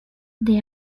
they